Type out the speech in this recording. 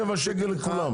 המחיר שבעה שקלים לכולם.